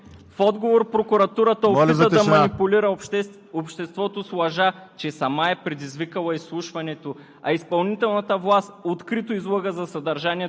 както и за разследването или липсата на разследване от страна на главния прокурор Гешев. (Шум и реплики от ГЕРБ и ОП.) В отговор прокуратурата опита да манипулира обществото с лъжа,